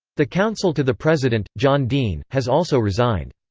the counsel to the president, john dean, has also resigned.